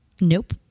Nope